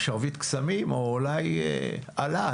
שרביט קסמים או אולי אלה,